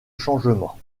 changement